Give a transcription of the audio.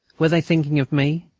were they thinking of me?